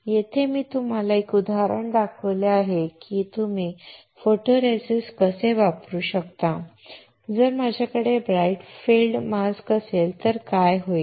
येथे मी तुम्हाला एक उदाहरण दाखवले आहे की तुम्ही फोटोरेसिस्ट कसे वापरू शकता आणि जर माझ्याकडे ब्राइट फील्ड मास्कअसेल तर काय होईल